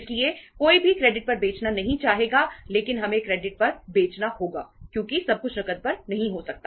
इसलिए कोई भी क्रेडिट पर बेचना नहीं चाहेगा लेकिन हमें क्रेडिट पर बेचना होगा क्योंकि सब कुछ नकद पर नहीं हो सकता